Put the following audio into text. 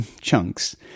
chunks